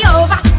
over